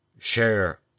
Share